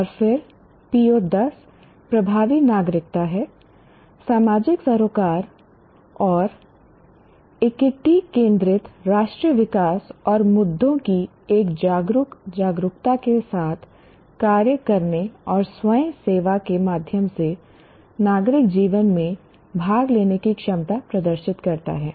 और फिर PO10 प्रभावी नागरिकता हैसामाजिक सरोकार और इक्विटी केंद्रित राष्ट्रीय विकास और मुद्दों की एक जागरूक जागरूकता के साथ कार्य करने और स्वयं सेवा के माध्यम से नागरिक जीवन में भाग लेने की क्षमता प्रदर्शित करता है